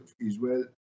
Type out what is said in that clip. Israel